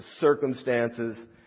circumstances